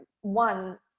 one